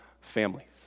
families